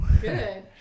good